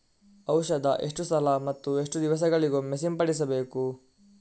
ಔಷಧ ಎಷ್ಟು ಸಲ ಮತ್ತು ಎಷ್ಟು ದಿವಸಗಳಿಗೊಮ್ಮೆ ಸಿಂಪಡಿಸಬೇಕು?